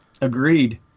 Agreed